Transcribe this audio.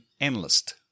analyst